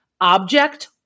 object